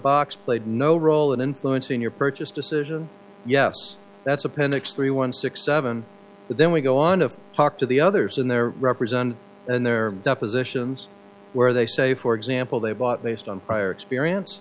box played no role in influencing your purchase decision yes that's appendix three one six seven but then we go on to talk to the others and they're represented in their depositions where they say for example they bought based on prior experience